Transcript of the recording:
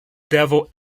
devo